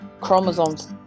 chromosomes